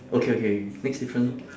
okay okay next difference